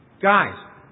Guys